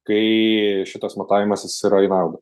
kai šitas matavimasis yra į naudą